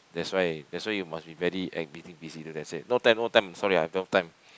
that's why eh that's why you must be very acting busy then said no time no time sorry I have no time